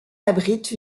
abrite